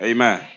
Amen